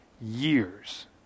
years